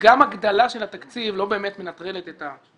שגם הגדלה של התקציב לא באמת מנטרלת את הסנקציה,